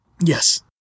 Yes